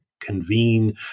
convene